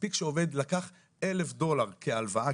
מספיק שעובד לקח 1,000 דולר כהלוואה,